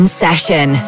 session